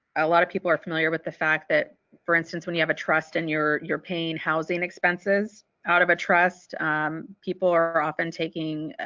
a lot of people are familiar with the fact that for instance when you have a trust and your your pain housing expenses out of a trust people are often taking